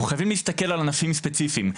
אנחנו חייבים להסתכל על ענפים ספציפיים.